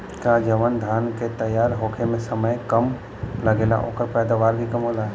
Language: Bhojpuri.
का जवन धान के तैयार होखे में समय कम लागेला ओकर पैदवार भी कम होला?